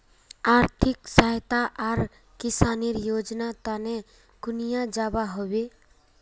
आर्थिक सहायता आर किसानेर योजना तने कुनियाँ जबा होबे?